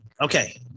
Okay